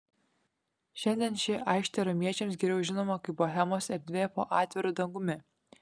šiandien ši aikštė romiečiams geriau žinoma kaip bohemos erdvė po atviru dangumi